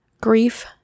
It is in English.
Grief